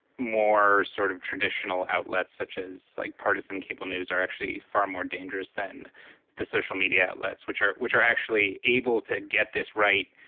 more sort of traditional outlets such as, like, partisan cable news are actually far more dangerous than the social media outlets, which are which are actually able to get this right,